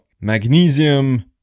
magnesium